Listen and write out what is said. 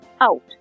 out